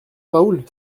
raoul